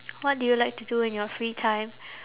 what do you like to do in your free time